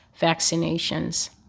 vaccinations